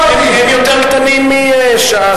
הם יותר קטנים מש"ס,